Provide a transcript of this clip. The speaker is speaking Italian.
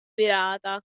virata